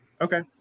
okay